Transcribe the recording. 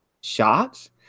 shots